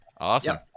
Awesome